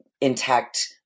intact